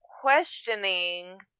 questioning